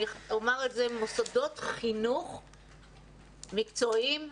מוסדות חינוך מקצועיים,